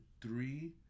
three